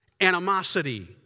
animosity